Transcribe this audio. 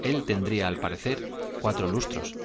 él tendría al parecer cuatro lustros